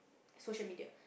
social media